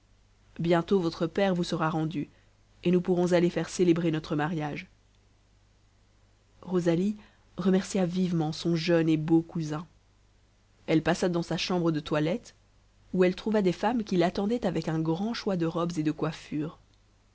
bientôt votre père vous sera rendu et nous pourrons aller faire célébrer notre mariage rosalie remercia vivement son jeune et beau cousin elle passa dans sa chambre de toilette où elle trouva des femmes qui l'attendaient avec un grand choix de robes et de coiffures